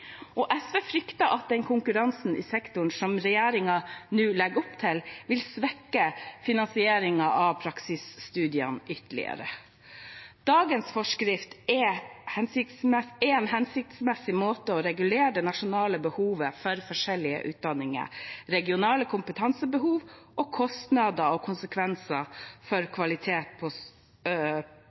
SV frykter at den konkurransen i sektoren som regjeringen nå legger opp til, vil svekke finansieringen av praksisstudiene ytterligere. Dagens forskrift er en hensiktsmessig måte å regulere det nasjonale behovet for forskjellige utdanninger, regionale kompetansebehov, kostnader og konsekvenser for kvalitet på,